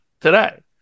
today